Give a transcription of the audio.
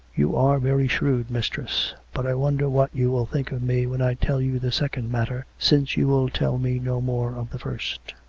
you are very shrewd, mistress. but i wonder what you will think of me when i tell you the second matter, since you will tell me no more of the first.